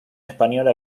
española